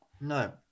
no